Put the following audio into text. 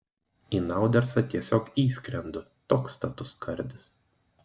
į naudersą tiesiog įskrendu toks status skardis